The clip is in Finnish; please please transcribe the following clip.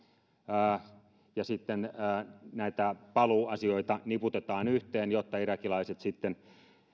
ja ja näitä paluuasioita niputetaan yhteen jotta irakilaiset sitten